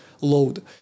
load